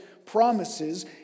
Promises